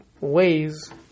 ways